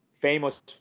famous